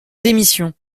démission